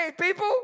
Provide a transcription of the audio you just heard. people